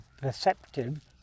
perceptive